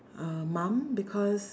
uh mum because